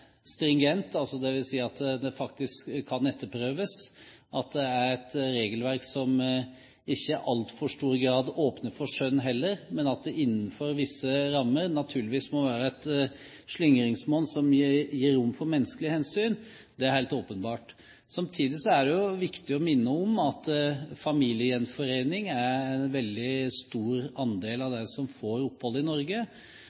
stringent, dvs. at det kan etterprøves, og at det er et regelverk som ikke i altfor stor grad åpner for skjønn heller. Men at det innenfor visse rammer naturligvis må være et slingringsmonn som gir rom for menneskelige hensyn, er helt åpenbart. Samtidig er det viktig å minne om at de som kommer gjennom familiegjenforening, utgjør en veldig stor andel av